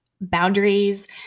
boundaries